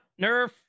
Nerf